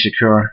Shakur